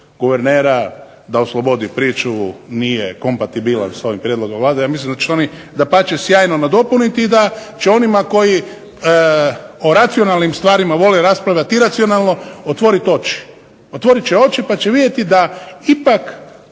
guvernera da oslobodi priču nije kompatibilan s ovim prijedlogom Vlade. Ja mislim da će oni dapače sjajno nadopuniti i da će onima koji o racionalnim stvarima vole raspravljat iracionalno otvorit oči. Otvorit će oči pa će vidjeti da ipak